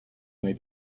may